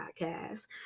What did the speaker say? podcast